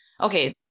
okay